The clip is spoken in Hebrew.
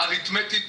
אריתמטית,